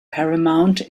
paramount